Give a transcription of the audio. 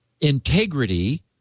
integrity